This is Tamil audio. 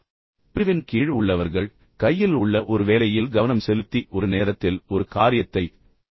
இந்த பிரிவின் கீழ் உள்ளவர்கள் கையில் உள்ள ஒரு வேலையில் கவனம் செலுத்தி ஒரு நேரத்தில் ஒரு காரியத்தைச் செய்கிறார்கள்